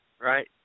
right